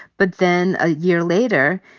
but then a year later,